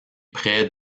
près